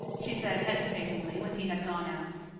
she said hesitatingly when he had gone out,